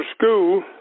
school